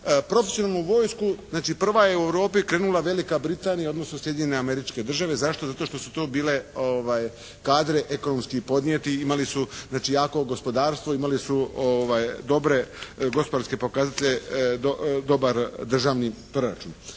profesionalnu vojsku, znači prva je u Europi krenula Velika Britanija, odnosno Sjedinjene Američke Države. Zašto? Zato što su to bile kadre ekonomski podnijeti i mali su znači jako gospodarstvo, imali su dobre gospodarske pokazatelje, dobar državni proračun.